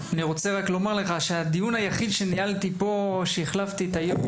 אני רוצה רק לומר לך שהדיון היחיד שניהלתי פה כשהחלפתי את היושב-ראש